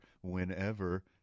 whenever